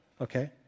Okay